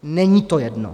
Není to jedno!